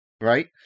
right